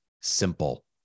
simple